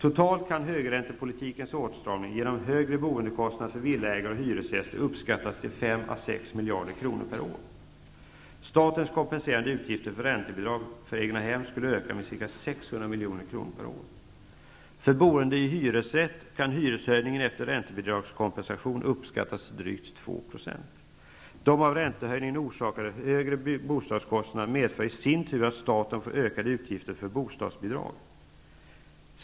Totalt kan högräntepolitikens åtstramning genom högre boendekostnader för villaägare och hyresgäster uppskattas till 5--6 miljarder kronor per år. Statens kompenserade utgifter för räntebidrag till egna hem skulle öka med ca 600 milj.kr. per år. För boende i hyresrätt kan hyreshöjningen efter räntebidragskompensation uppskattas till drygt 2 %. De av räntehöjningen orsakade högre bostadskostnaderna medför i sin tur att staten får ökade utgifter för bostadsbidrag.